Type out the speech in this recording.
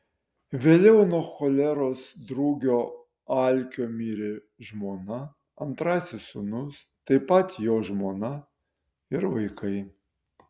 vėliau nuo choleros drugio alkio mirė žmona antrasis sūnus taip pat jo žmona ir vaikai